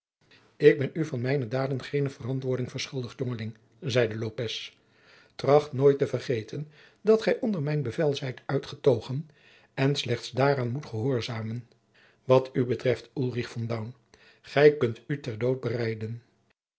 ik ben u van mijne daden geene verantwoording verschuldigd jongeling zeide lopez tracht nooit te vergeten dat gij onder mijn bevel zijt uitgetogen en slechts daaraan moet gehoorzamen wat u betreft ulrich von daun gij kunt u ter dood bereiden